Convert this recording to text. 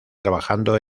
trabajando